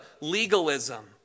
legalism